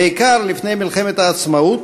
בעיקר לפני מלחמת העצמאות,